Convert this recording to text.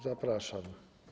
Zapraszam.